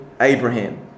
Abraham